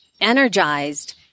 energized